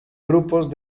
grupos